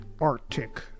Arctic